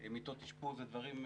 מיטות אשפוז ודברים כאלה,